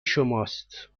شماست